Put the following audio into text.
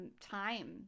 time